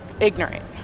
Ignorant